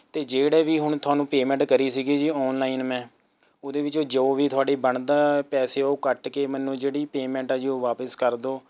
ਅਤੇ ਜਿਹੜੇ ਵੀ ਹੁਣ ਤੁਹਾਨੂੰ ਪੇਮੈਂਟ ਕਰੀ ਸੀਗੀ ਜੀ ਆਨਲਾਈਨ ਮੈਂ ਉਹਦੇ ਵਿੱਚੋਂ ਜੋ ਵੀ ਤੁਹਾਡੀ ਬਣਦਾ ਪੈਸੇ ਉਹ ਕੱਟ ਕੇ ਮੈਨੂੰ ਜਿਹੜੀ ਪੇਮੈਂਟ ਆ ਜੀ ਵਾਪਿਸ ਕਰਦੋ